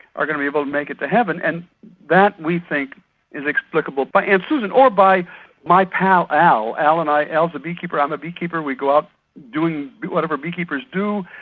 are going to be able to make it to heaven', and that we think is explicable, by aunt susan or by my pal al. al and i. al's a beekeeper, i'm a beekeeper, we go out doing whatever beekeepers do,